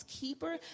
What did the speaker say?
keeper